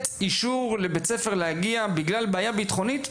למנוע מבית ספר לקבל אישור הגעה בגלל בעיה ביטחונית,